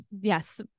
yes